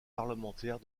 parlementaire